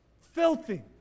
Filthy